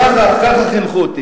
כך חינכו אותי.